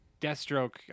Deathstroke